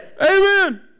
Amen